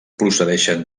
procedeixen